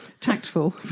Tactful